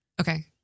Okay